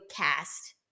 cast